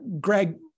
Greg